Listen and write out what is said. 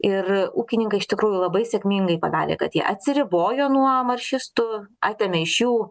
ir ūkininkai iš tikrųjų labai sėkmingai padarė kad jie atsiribojo nuo maršistų atėmė iš jų